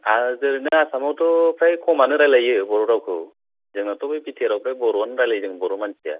आर ओरैनो आसामावथ' फ्राय खमानो रायलायो बर' रावखौ जोंनाथ' बे बि टि आर आव फ्राय बर'आनो रायलायो जों बर' मानसिया